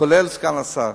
כולל סגן השר.